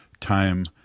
time